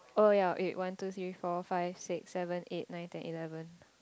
oh ya wait one two three four five six seven eight nine ten eleven